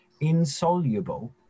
insoluble